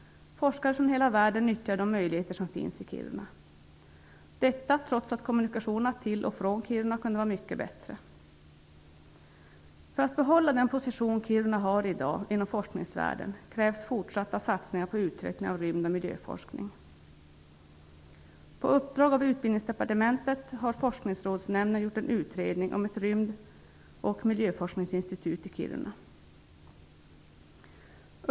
Forskare från hela världen nyttjar de möjligheter som finns i Kiruna, trots att kommunikationerna till och från Kiruna kunde vara mycket bättre. För att behålla den position Kiruna i dag har inom forskningsvärlden krävs fortsatta satsningar på utveckling av rymd och miljöforskning. Forskningsrådsnämnden gjort en utredning om ett rymd och miljöforskningsinstitut i Kiruna.